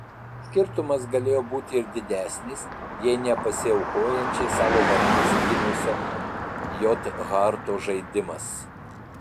skirtumas galėjo būti ir didesnis jei ne pasiaukojančiai savo vartus gynusio j harto žaidimas